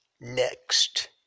next